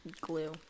glue